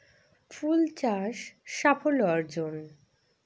ফুল চাষ সাফল্য অর্জন?